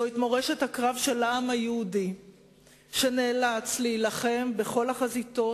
זו מורשת הקרב של העם היהודי שנאלץ להילחם בכל החזיתות,